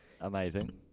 amazing